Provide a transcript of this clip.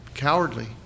cowardly